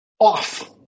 Off